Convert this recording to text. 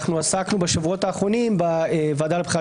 בשבועות האחרונים עסקנו בוועדה לבחירת